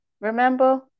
remember